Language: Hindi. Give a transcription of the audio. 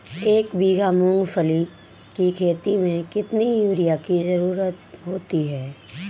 एक बीघा मूंगफली की खेती में कितनी यूरिया की ज़रुरत होती है?